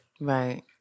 Right